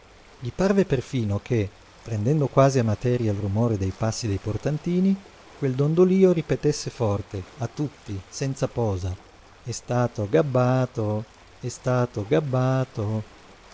gli parve perfino che prendendo quasi a materia il rumore dei passi dei portantini quel dondolio ripetesse forte a tutti senza posa è stato gabbato è stato gabbato